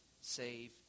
save